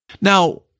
Now